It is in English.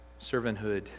servanthood